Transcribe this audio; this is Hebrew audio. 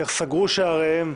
איך סגרו שעריהם,